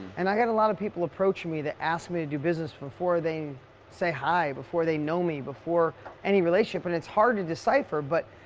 and i get a lot of people approach me that ask me to do business before they say hi, before they know me, before any relationship, but it's hard to decipher. but,